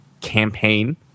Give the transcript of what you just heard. campaign